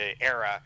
era